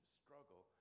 struggle